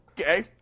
okay